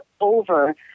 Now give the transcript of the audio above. over